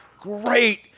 great